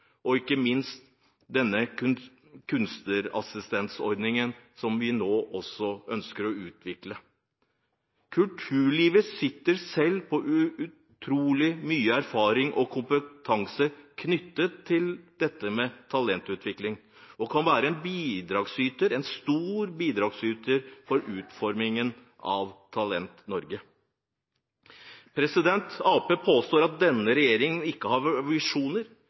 og ikke minst denne kunstnerassistentordningen, som vi nå også ønsker å utvikle. Kulturlivet sitter selv på utrolig mye erfaring og kompetanse knyttet til dette med talentutvikling og kan være en bidragsyter, en stor bidragsyter for utformingen av Talent Norge. Arbeiderpartiet påstår at denne regjeringen ikke har visjoner.